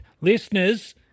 Listeners